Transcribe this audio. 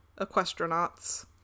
Equestronauts